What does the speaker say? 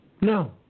No